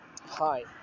hi